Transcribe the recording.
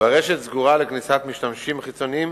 והרשת סגורה לכניסת משתמשים חיצוניים